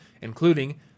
including